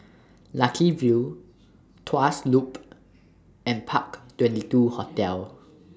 Lucky View Tuas Loop and Park twenty two Hotel